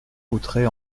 coûterait